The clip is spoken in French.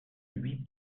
huit